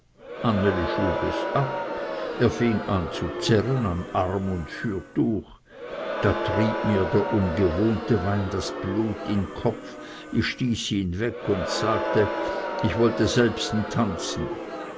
schlug es ab er fing an zu zerren an arm und fürtuch da trieb mir der ungewohnte wein das blut in kopf ich stieß ihn weg und sagte ich wolle selbsten tanzen